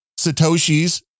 Satoshis